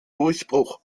durchbruch